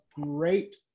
great